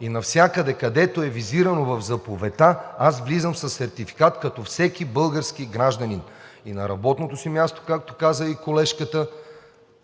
и навсякъде, където е визирано в заповедта, аз влизам със сертификат като всеки български гражданин – и на работното си място, както каза колежката,